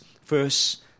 first